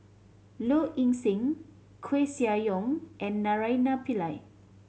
Low Ing Sing Koeh Sia Yong and Naraina Pillai